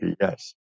yes